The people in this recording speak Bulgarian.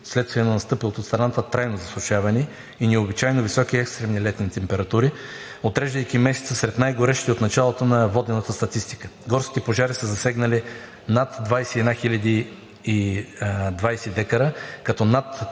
вследствие на настъпилото в страната трайно засушаване и необичайно високи екстрени летни температури, отреждайки месеца сред най-горещите от началото на водената статистика. Горските пожари са засегнали над 21 020 декара, като над